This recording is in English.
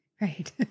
Right